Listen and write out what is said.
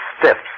steps